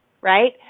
right